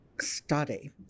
study